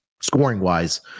scoring-wise